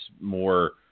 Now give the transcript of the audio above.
more